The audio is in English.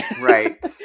right